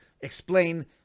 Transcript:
explain